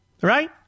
Right